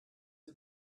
wir